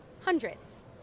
hundreds